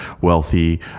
wealthy